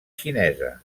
xinesa